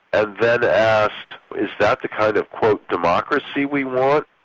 and then ask, is that the kind of democracy we want?